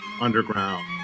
Underground